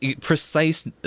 precise